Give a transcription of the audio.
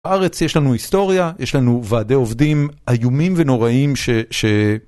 בארץ יש לנו היסטוריה, יש לנו ועדי עובדים איומים ונוראים ש...